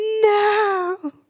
no